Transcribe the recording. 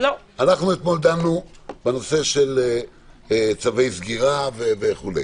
אנחנו דנו אתמול בנושא של צווי סגירה וכו'.